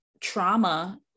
trauma